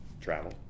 travel